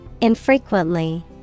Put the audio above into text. Infrequently